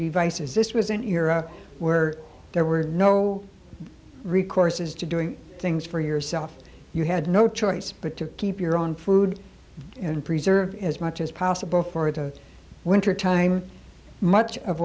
devices this was an era where there were no recourse is to doing things for yourself you had no choice but to keep your own food and preserve as much as possible for the winter time much of